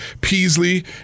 Peasley